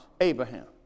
Abraham